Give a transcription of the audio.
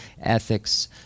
ethics